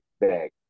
bag